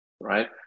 right